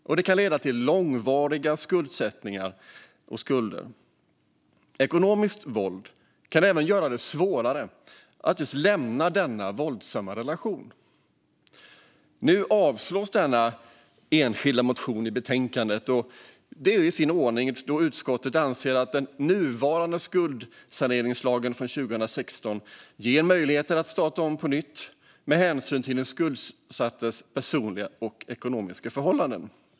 Det kan leda till långvarig skuldsättning och skulder. Ekonomiskt våld kan även göra det svårare att lämna en våldsam relation. Nu avstyrks denna enskilda motion i betänkandet. Det är i sin ordning då utskottet anser att den nuvarande skuldsaneringslagen från 2016 ger möjligheter att starta om på nytt, med hänsyn till den skuldsattes personliga och ekonomiska förhållanden.